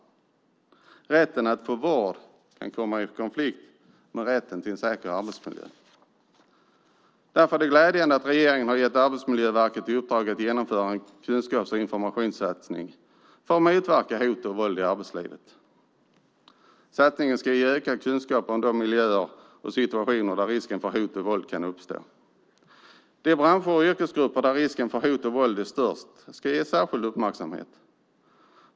Rätten att få vård kan komma i konflikt med rätten till en säker arbetsmiljö. Därför är det glädjande att regeringen har gett Arbetsmiljöverket i uppdrag att genomföra en kunskaps och informationssatsning för att motverka hot och våld i arbetslivet. Satsningen ska ge ökad kunskap om de miljöer och situationer där risker för hot och våld kan uppstå. De branscher och yrkesgrupper där risker för hot och våld är störst ska ges särskild uppmärksamhet.